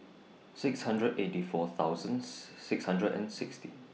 six hundred eighty four thousands six hundred and sixty